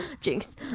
Jinx